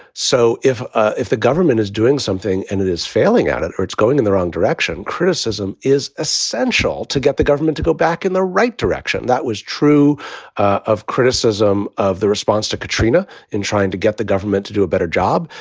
so if ah if the government is doing something and it is failing at it or it's going in the wrong direction. criticism is essential to get the government to go back in the right direction. that was true of criticism of the response to katrina and trying to get the government to do a better job.